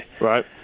Right